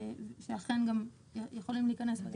שאכן יכולים להיכנס גם בעניין הזה.